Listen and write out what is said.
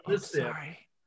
sorry